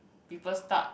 people start